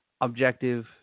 objective